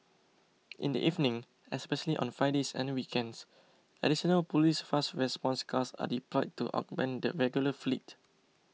in the evenings especially on Fridays and weekends additional police fast response cars are deployed to augment the regular fleet